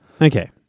Okay